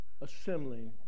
assembling